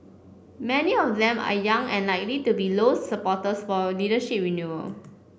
many of them are young and likely to be Low's supporters for leadership renewal